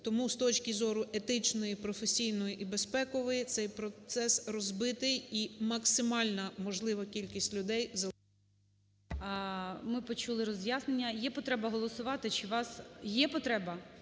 Тому з точки зору етичної, професійної і безпекової цей процес розбитий, і максимально можлива кількість людей… ГОЛОВУЮЧИЙ. Ми почули роз'яснення. Є потреба голосувати?